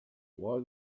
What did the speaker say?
why